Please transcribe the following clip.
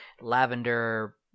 lavender